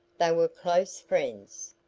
they were close friends.